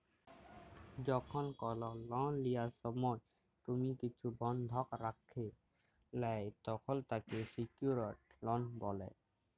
যখল call loan লিয়ার সময় তুমি কিছু বনধক রাখে ল্যয় তখল তাকে স্যিক্যুরড লন বলে